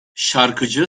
şarkıcı